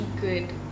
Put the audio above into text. good